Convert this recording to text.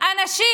אנשים